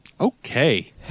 Okay